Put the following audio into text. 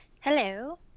Hello